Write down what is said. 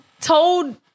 told